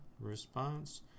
Response